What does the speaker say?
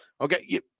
Okay